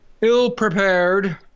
ill-prepared